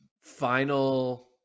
final